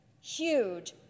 Huge